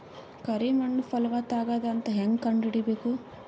ಕರಿ ಮಣ್ಣು ಫಲವತ್ತಾಗದ ಅಂತ ಹೇಂಗ ಕಂಡುಹಿಡಿಬೇಕು?